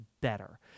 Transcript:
better